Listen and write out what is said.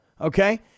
okay